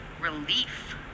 relief